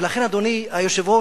ולכן, אדוני היושב-ראש,